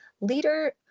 leader